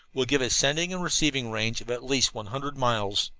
will give a sending and receiving range of at least one hundred miles.